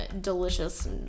delicious